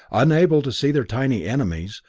unable to see their tiny enemies,